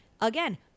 Again